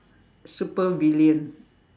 supervillain